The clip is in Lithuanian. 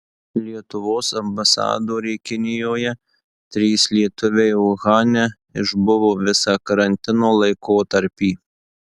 lietuvos ambasadorė kinijoje trys lietuviai uhane išbuvo visą karantino laikotarpį